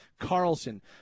carlson